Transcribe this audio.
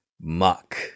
Muck